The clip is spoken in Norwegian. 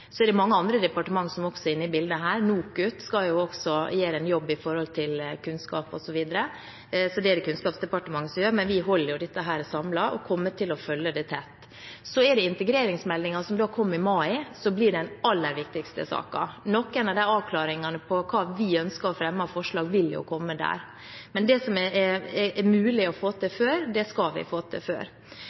Mange andre departementer er også inne i bildet her – NOKUT skal gjøre en jobb når det gjelder kunnskap osv., så der er Kunnskapsdepartementet med – men vi holder dette samlet og kommer til å følge det tett. Integreringsmeldingen som kommer i mai, blir den aller viktigste saken. Noen av avklaringene på hva vi ønsker å fremme forslag om, vil komme der. Men det som er mulig å få til før, skal vi få til før.